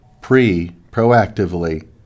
pre-proactively